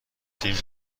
فیلم